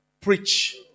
preach